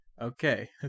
Okay